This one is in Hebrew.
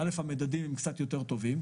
דבר ראשון המדדים מעט יותר טובים